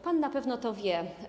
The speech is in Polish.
Pan na pewno to wie.